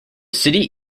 city